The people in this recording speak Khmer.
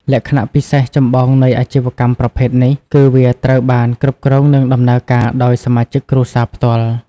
លក្ខណៈពិសេសចម្បងនៃអាជីវកម្មប្រភេទនេះគឺវាត្រូវបាន គ្រប់គ្រងនិងដំណើរការដោយសមាជិកគ្រួសារផ្ទាល់។